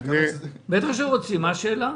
בטח שהם רוצים, מה השאלה.